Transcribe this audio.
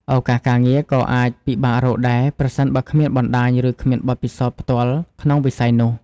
ឱកាសការងារក៏អាចពិបាករកដែរ ប្រសិនបើគ្មានបណ្តាញ ឬគ្មានបទពិសោធន៍ផ្ទាល់ក្នុងវិស័យនោះ។